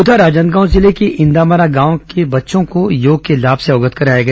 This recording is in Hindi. उधर राजनादगांव जिले के इंदामरा गांव में बच्चों को योग के लाम से अवगत कराया गया